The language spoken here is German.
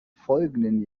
folgenden